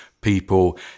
people